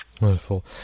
Wonderful